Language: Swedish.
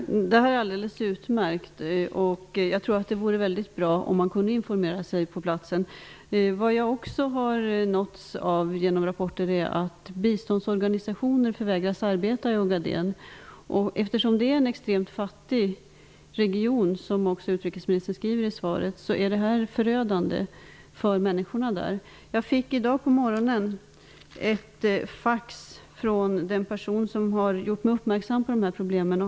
Fru talman! Detta är alldeles utmärkt. Jag tror att det vore bra om det gick att informera sig på platsen. Jag har också nåtts av rapporter om att biståndsorganisationer förvägras arbeta i Ogaden. Eftersom det är en extremt fattig region -- som också utrikesministern sade i sitt svar -- är detta förödande för människorna där. Jag fick i morse ett fax från den person som har uppmärksammat mig på dessa problem.